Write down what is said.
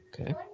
Okay